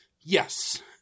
Yes